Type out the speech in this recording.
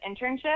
internship